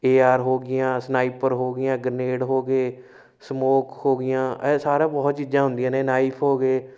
ਏ R ਹੋ ਗਈਆਂ sniper ਹੋ ਗਈਆਂ ਗਰਨੇਡ ਹੋ ਗਏ ਸਮੋਕ ਹੋ ਗਈਆਂ ਇਹ ਸਾਰਾ ਬਹੁਤ ਚੀਜ਼ਾਂ ਹੁੰਦੀਆਂ ਨੇ ਨਾਈਫ ਹੋ ਗਏ